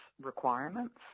requirements